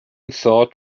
thought